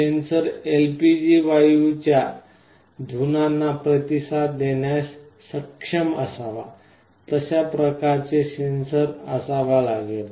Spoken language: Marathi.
सेन्सर LPG वायूच्या धुनांना प्रतिसाद देण्यास सक्षम असावा तशा प्रकारचे सेन्सर असावा लागेल